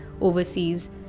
overseas